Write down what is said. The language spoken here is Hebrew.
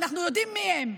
ואנחנו יודעים מי הם,